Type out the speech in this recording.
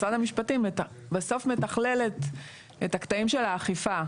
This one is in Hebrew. משרד המשפטים בסוף מתכלל את הקטעים של האכיפה,